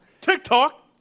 TikTok